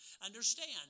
Understand